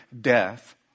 death